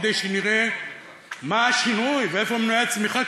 כדי שנראה מה השינוי ואיפה מנועי הצמיחה,